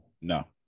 No